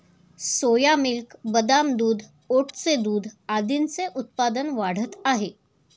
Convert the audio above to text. सोया milk, बदाम दूध, ओटचे दूध आदींचे उत्पादन वाढत आहे